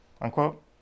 unquote